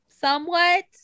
Somewhat